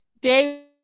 Day